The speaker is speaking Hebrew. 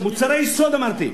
מוצרי יסוד, אמרתי.